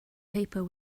paper